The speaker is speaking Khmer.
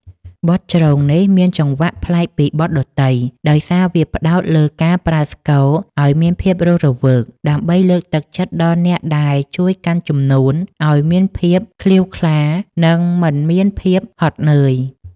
បទជ្រងនេះមានចង្វាក់ប្លែកពីបទដទៃ ដោយសារវាផ្ដោតលើការប្រើស្គរឱ្យមានភាពរស់រវើក ដើម្បីលើកទឹកចិត្តដល់អ្នកដែលជួយកាន់ជំនូនឱ្យមានភាពក្លៀវក្លា និងមិនមានភាពហត់នឿយ។